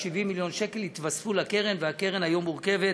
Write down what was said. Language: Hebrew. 70 מיליון השקל יתווספו לקרן, והקרן היום מורכבת